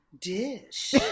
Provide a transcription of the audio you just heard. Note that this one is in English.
dish